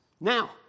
Now